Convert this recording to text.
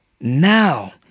Now